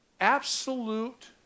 Absolute